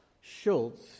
Schultz